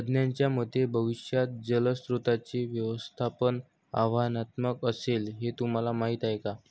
तज्ज्ञांच्या मते भविष्यात जलस्रोतांचे व्यवस्थापन आव्हानात्मक असेल, हे तुम्हाला माहीत आहे का?